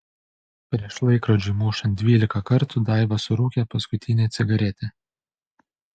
prieš laikrodžiui mušant dvylika kartų daiva surūkė paskutinę cigaretę